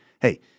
hey